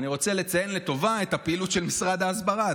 אני רוצה לציין לטובה את הפעילות של משרד ההסברה,